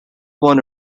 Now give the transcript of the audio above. won